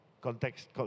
Context